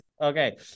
Okay